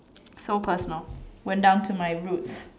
so personal went down to my roots